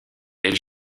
elle